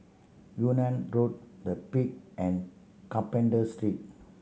Yunnan Road The Peak and Carpenter Street